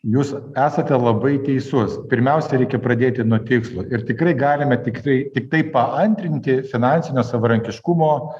jūs esate labai teisus pirmiausia reikia pradėti nuo tikslo ir tikrai galime tiktai tiktai paantrinti finansinio savarankiškumo